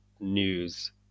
news